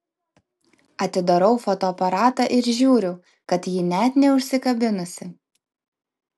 atidarau fotoaparatą ir žiūriu kad ji net neužsikabinusi